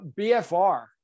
BFR